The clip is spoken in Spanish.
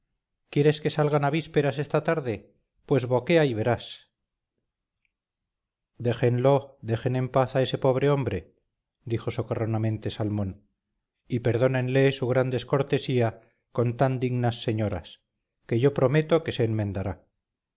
quieres que salgan a vísperas esta tarde pues boquea y verás déjenlo dejen en paz a ese pobre hombre dijo socarronamente salmón y perdónenle su gran descortesía con tan dignas señoras que yo prometo que se enmendará